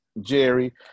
Jerry